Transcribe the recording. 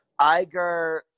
Iger